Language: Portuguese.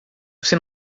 você